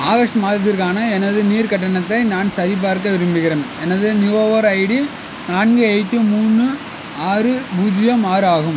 August மாதத்திற்கான எனது நீர் கட்டணத்தை நான் சரிபார்க்க விரும்புகிறேன் எனது நுகர்வோர் ஐடி நான்கு எய்ட்டு மூணு ஆறு பூஜ்ஜியம் ஆறு ஆகும்